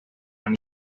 anís